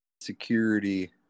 security